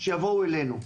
שיבואו אלינו.